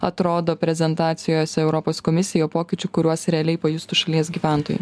atrodo prezentacijose europos komisijai o pokyčių kuriuos realiai pajustų šalies gyventojai